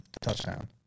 touchdown